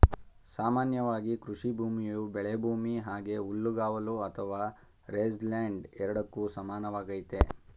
ಸಾಮಾನ್ಯವಾಗಿ ಕೃಷಿಭೂಮಿಯು ಬೆಳೆಭೂಮಿ ಹಾಗೆ ಹುಲ್ಲುಗಾವಲು ಅಥವಾ ರೇಂಜ್ಲ್ಯಾಂಡ್ ಎರಡಕ್ಕೂ ಸಮಾನವಾಗೈತೆ